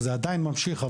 זה עדיין ממשיך,